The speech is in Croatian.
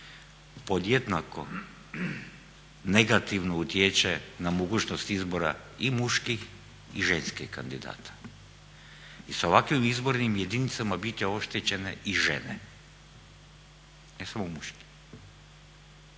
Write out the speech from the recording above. podjednako negativno utječe na mogućnost izbora i muških i ženskih kandidata. I sa ovakvim izbornim jedinicama bit će oštećene i žene, ne samo muški.